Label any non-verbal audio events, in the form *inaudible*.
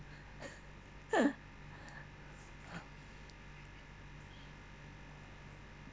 *laughs*